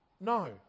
No